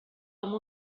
amb